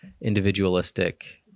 individualistic